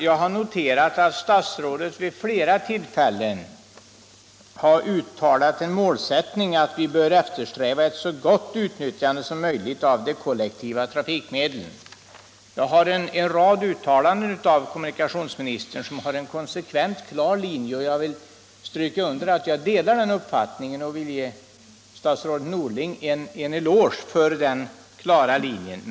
Jag har noterat att statsrådet vid flera tillfällen har uttalat som målsättning att vi bör eftersträva ett så gott utnyttjande som möjligt av de kollektiva trafikmedlen. Jag har tagit del av en rad uttalanden av kommunikationsministern som har en konsekvent, klar linje. Jag delar statsrådets uppfattning i den frågan och vill gärna ge statsrådet Norling en eloge för den klara linjen.